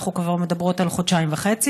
אז אנחנו כבר מדברות על חודשיים וחצי: